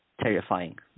terrifying